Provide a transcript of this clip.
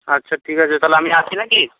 আচ্ছা ঠিক আছে তাহলে আমি আসি না কি